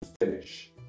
finish